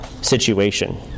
situation